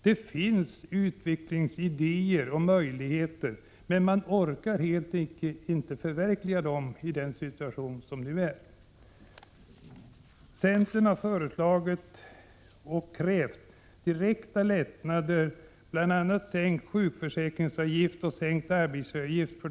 Det finns idéer och utvecklingsmöjligheter, men man orkar helt enkelt inte förverkliga dessa i den situation som nu råder. Centern har föreslagit och krävt direkta lättnader för de mindre företagen, bl.a. sänkt sjukförsäkringsavgift och sänkt arbetsgivaravgift.